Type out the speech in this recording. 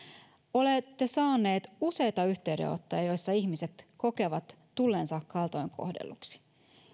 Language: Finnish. olette saaneet useita yhteydenottoja joissa ihmiset kokevat tulleensa kaltoin kohdelluksi